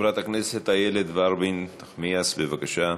חברת הכנסת איילת נחמיאס ורבין, בבקשה.